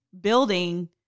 building